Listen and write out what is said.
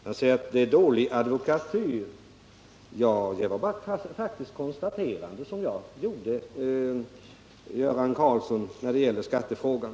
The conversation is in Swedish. Han säger vidare att det jag anförde var dålig advokatyr — men jag gjorde bara ett faktiskt konstaterande när det gäller skattefrågan.